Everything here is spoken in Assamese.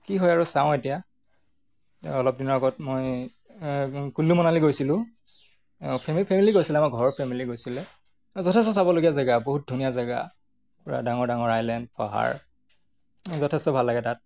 কি হয় আৰু চাওঁ এতিয়া অলপ দিনৰ আগত মই কুল্লু মণালী গৈছিলোঁ ফেমিলি ফেমিলি গৈছিলে আমাৰ ঘৰৰ ফেমিলি গৈছিলে যথেষ্ট চাবলগীয়া জেগা বহুত ধুনীয়া জেগা পূৰা ডাঙৰ ডাঙৰ আইলেণ্ড পাহাৰ যথেষ্ট ভাল লাগে তাত